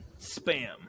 Spam